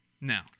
Now